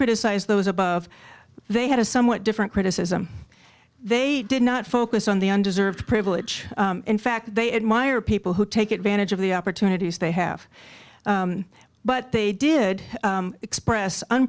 criticize those above they had a somewhat different criticism they did not focus on the undeserved privilege in fact they admire people who take advantage of the opportunities they have but they did express